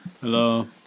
Hello